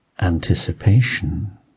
anticipation